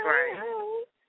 Right